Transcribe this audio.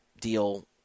deal